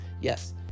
Yes